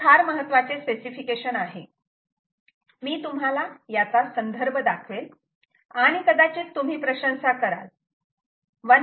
हे फार महत्त्वाचे स्पेसिफिकेशन आहे मी तुम्हाला याचा संदर्भ दाखवेल आणि कदाचित तुम्ही प्रशंसा कराल 1